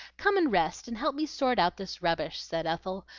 come and rest and help me sort out this rubbish, said ethel,